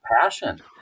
passion